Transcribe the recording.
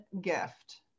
gift